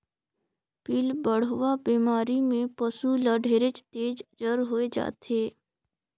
पिलबढ़वा बेमारी में पसु ल ढेरेच तेज जर होय जाथे